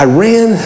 Iran